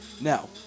Now